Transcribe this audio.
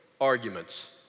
arguments